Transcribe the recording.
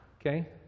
Okay